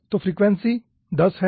तो फ्रीक्वेंसी 10 है